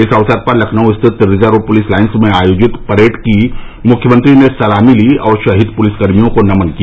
इस अवसर पर लखनऊ स्थित रिजर्व पुलिस लाइन्स में आयोजित परेड की मुख्यमंत्री ने सलामी ली और शहीद पुलिसकर्मियों को नमन किया